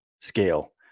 scale